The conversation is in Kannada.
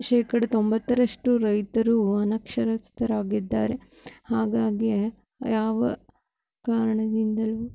ಶೇಕಡ ತೊಂಬತ್ತರಷ್ಟು ರೈತರು ಅನಕ್ಷರಸ್ಥರಾಗಿದ್ದಾರೆ ಹಾಗಾಗಿ ಯಾವ ಕಾರಣದಿಂದಲೂ